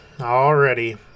already